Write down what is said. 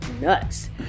nuts